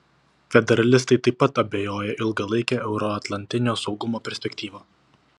federalistai taip pat abejoja ilgalaike euroatlantinio saugumo perspektyva